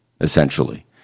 essentially